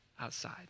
outside